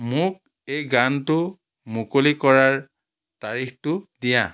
মোক এই গানটো মুকলি কৰাৰ তাৰিখটো দিয়া